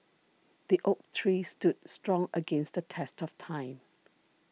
the oak tree stood strong against the test of time